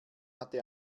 hatte